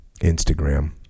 Instagram